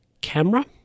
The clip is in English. camera